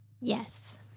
Yes